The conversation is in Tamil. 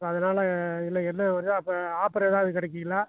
ஸோ அதனால் இல்லை என்ன ஒரு ஆஃபர் ஏதாவது கிடைக்குங்களா